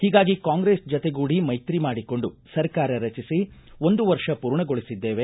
ಹೀಗಾಗಿ ಕಾಂಗ್ರೆಸ್ ಜತೆಗೂಡಿ ಮೈತ್ರಿ ಮಾಡಿಕೊಂಡು ಸರ್ಕಾರ ರಚಿಸಿ ಒಂದು ವರ್ಷ ಪೂರ್ಣಗೊಳಿಸಿದ್ದೇವೆ